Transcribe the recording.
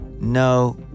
No